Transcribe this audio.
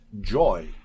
joy